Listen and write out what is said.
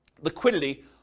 liquidity